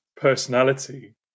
personality